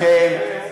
לכם,